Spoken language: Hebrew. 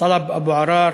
טלב אבו עראר